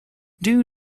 due